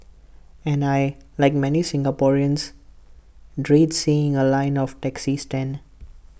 and I Like many Singaporeans dread seeing A line of taxi stand